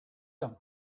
him